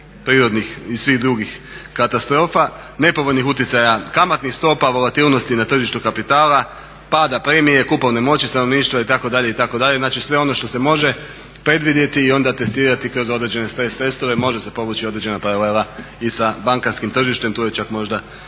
prirodnih i svih drugih katastrofa, nepovoljnih utjecaja kamatnih stopa, …/Govornik se ne razumije./… na tržištu kapitala, pada premijer, kupovne moći stanovništva itd. itd. Znači sve ono što se može predvidjeti i onda testirati kroz određene stres testove, može se povući određena paralela i sa bankarskim tržištem tu je čak možda